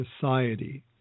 society